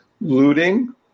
looting